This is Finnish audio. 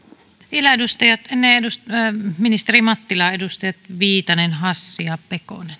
vielä ennen ministeri mattilaa edustajat viitanen hassi ja pekonen